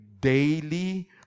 daily